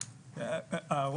מיני.